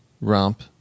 romp